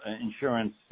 insurance